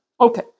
Okay